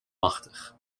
machtig